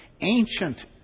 Ancient